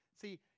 See